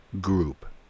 group